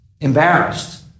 embarrassed